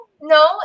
no